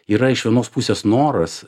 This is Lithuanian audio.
yra iš vienos pusės noras